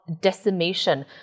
decimation